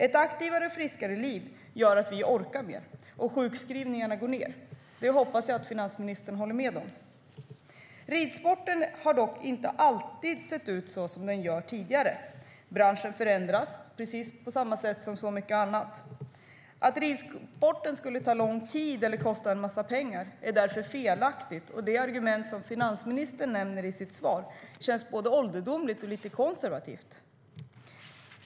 Ett aktivare och friskare liv gör att vi orkar mer och att sjukskrivningarna går ned. Det hoppas jag att finansministern håller med om. Ridsporten har dock inte alltid sett ut som den gör i dag. Branschen förändras precis som så mycket annat. Att ridsporten skulle ta lång tid eller kosta en massa pengar är därför felaktigt, och det argument som finansministern nämner i sitt svar känns både ålderdomligt och lite konservativt.